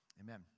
Amen